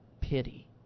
Pity